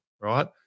right